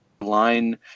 line